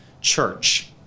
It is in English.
church